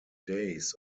days